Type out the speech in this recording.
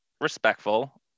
respectful